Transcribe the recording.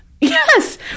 Yes